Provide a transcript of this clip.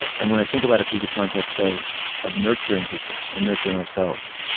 and when i think about it through the context of of nurturing people and nurturing ourselves,